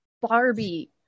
Barbie